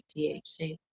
THC